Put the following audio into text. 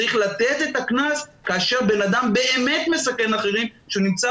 צריך לתת את הקנס כאשר בן אדם באמת מסכן אחרים והוא נמצא